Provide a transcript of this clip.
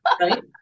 Right